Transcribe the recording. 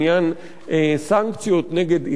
בעניין סנקציות נגד אירן.